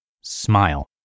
Smile